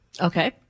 Okay